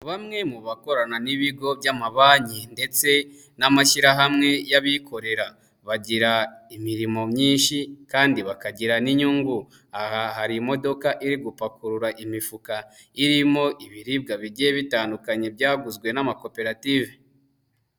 Bamwe mu bakorana n'ibigo by'amabanki ndetse n'amashyirahamwe y'abikorera, bagira imirimo myinshi kandi bakagira n'inyungu, aha hari imodoka iri gupakurura imifuka irimo ibiribwa bigiye bitandukanye byaguzwe n'amakoperative.